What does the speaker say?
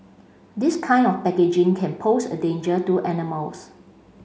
this kind of packaging can pose a danger to animals